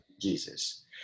Jesus